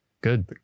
Good